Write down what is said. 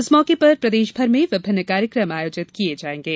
इस मौके पर प्रदेश भर में विभिन्न कार्यक्रम आयोजित किये जायेंगे